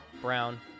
brown